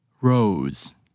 rose